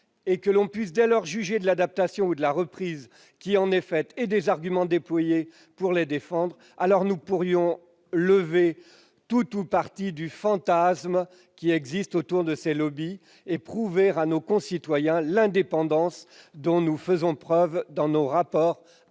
et que l'on puisse dès lors juger de l'adaptation ou de la reprise qui en est faite et des arguments déployés pour les défendre, alors nous pourrions lever tout ou partie du fantasme qui existe autour de ces et prouver à nos concitoyens que nous faisons preuve d'indépendance